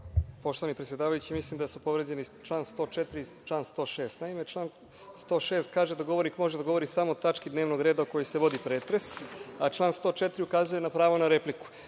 Poštovani predsedavajući, mislim da su povređeni čl. 104. i 106.Naime, član 106. kaže da govornik može da govori samo o tački dnevnog reda o kojoj se vodi pretres, a član 104. ukazuje na pravo na repliku.